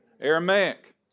Aramaic